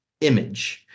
image